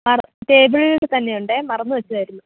അവിടെ ടേബിളില് തന്നെ ഉണ്ട് മറന്ന് വെച്ചതായിരുന്നു